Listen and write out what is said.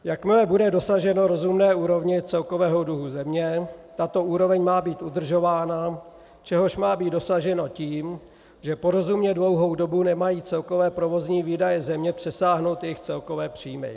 Jakmile bude dosaženo rozumné úrovně celkového dluhu země, tato úroveň má být udržována, čehož má být dosaženo tím, že po rozumně dlouhou dobu nemají celkové provozní výdaje země přesáhnout jejich celkové příjmy.